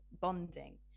bonding